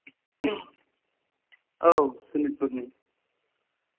औ सनितपुरनि